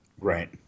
Right